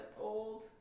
old